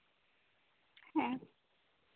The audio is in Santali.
ᱦᱮᱸ